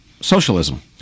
socialism